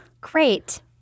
Great